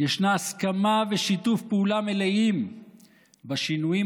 יש הסכמה ושיתוף פעולה מלאים בשינויים